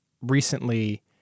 recently